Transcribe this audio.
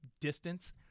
distance